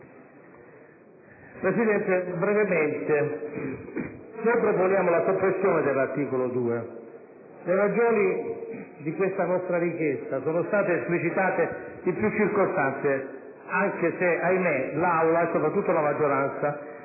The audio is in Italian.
Presidente, noi proponiamo la soppressione dell'articolo 2. Le ragioni di questa nostra richiesta sono state esplicitate in più circostanze anche se - ahimè - l'Aula, soprattutto nella sua maggioranza,